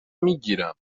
میگیرم